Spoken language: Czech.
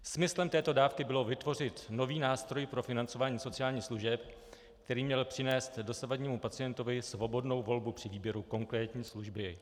Smyslem této dávky bylo vytvořit nový nástroj pro financování sociálních služeb, který měl přinést dosavadnímu pacientovi svobodnou volbu při výběru konkrétní služby.